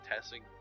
testing